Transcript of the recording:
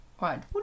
Right